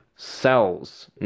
cells